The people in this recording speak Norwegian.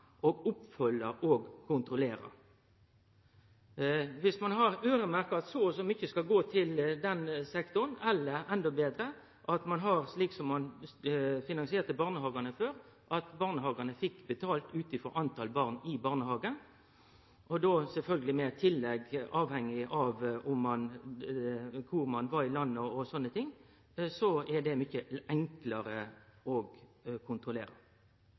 opp og kontrollere dei. Viss ein hadde øyremerkt at så og så mykje skal gå til den eller den sektoren, eller endå betre, gjort det slik som ein finansierte barnehagane før, ved at barnehagane fekk betalt ut frå talet på barn i barnehagen, då sjølvsagt med tillegg avhengig av kvar ein var i landet, o.l., hadde det vore mykje enklare